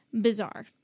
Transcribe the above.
bizarre